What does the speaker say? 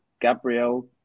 Gabriel